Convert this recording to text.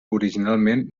originalment